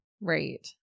Right